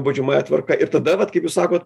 baudžiamąja tvarka ir tada vat kaip jūs sako